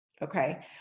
Okay